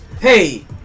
hey